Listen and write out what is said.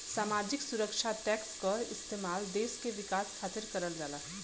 सामाजिक सुरक्षा टैक्स क इस्तेमाल देश के विकास खातिर करल जाला